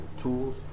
tools